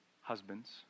Husbands